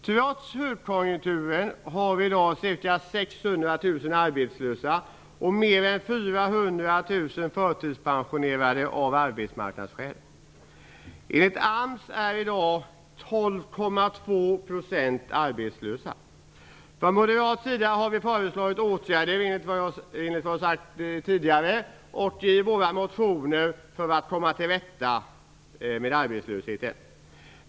Trots högkonjunkturen har vi i dag ca 600 000 arbetslösa och mer än 400 000 förtidspensionerade av arbetsmarknadsskäl. Enligt AMS är 12,2 % arbetslösa. Från moderat sida har vi föreslagit åtgärder, enligt det jag nämnde tidigare och i våra motioner, för att komma till rätta med arbetslösheten.